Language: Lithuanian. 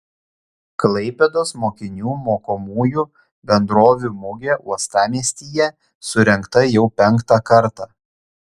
klaipėdos mokinių mokomųjų bendrovių mugė uostamiestyje surengta jau penktą kartą